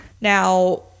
Now